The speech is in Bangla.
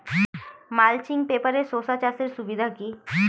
মালচিং পেপারে শসা চাষের সুবিধা কি?